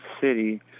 City